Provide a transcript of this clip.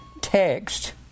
text